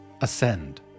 Ascend